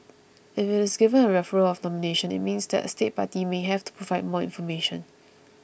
if it is given a referral of nomination it means that a state party may have to provide more information